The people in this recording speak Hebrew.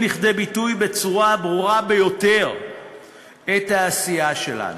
לכדי ביטוי בצורה הברורה ביותר את העשייה שלנו.